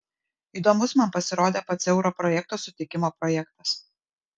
įdomus man pasirodė pats euro projekto sutikimo projektas